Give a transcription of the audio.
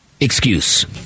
excuse